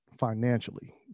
financially